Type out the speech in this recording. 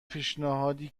پیشنهادی